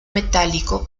metálico